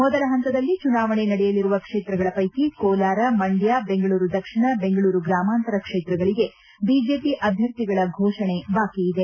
ಮೊದಲ ಹಂತದಲ್ಲಿ ಚುನಾವಣೆ ನಡೆಯಲಿರುವ ಕ್ಷೇತ್ರಗಳ ಪೈಕಿ ಕೋಲಾರ ಮಂಡ್ಯ ಬೆಂಗಳೂರು ದಕ್ಷಿಣ ಬೆಂಗಳೂರು ಗ್ರಾಮಾಂತರ ಕ್ಷೇತ್ರಗಳಿಗೆ ಬಿಜೆಪಿ ಅಭ್ಯರ್ಥಿಗಳ ಘೋಷಣೆ ಬಾಕಿ ಇದೆ